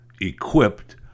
equipped